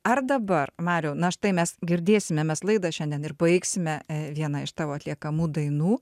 ar dabar mariau na štai mes girdėsime mes laidą šiandien ir baigsime vieną iš tavo atliekamų dainų